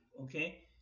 okay